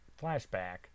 flashback